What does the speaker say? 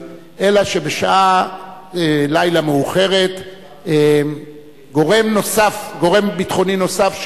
אלא שבשעת לילה מאוחרת גורם ביטחוני נוסף,